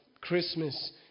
Christmas